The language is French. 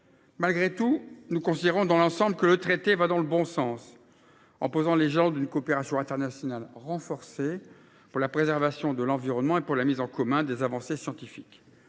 Malgré tout, nous considérons, dans l’ensemble, que l’accord va dans le bon sens en posant les jalons d’une coopération internationale renforcée pour la préservation de l’environnement et pour la mise en commun des avancées scientifiques.